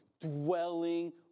dwelling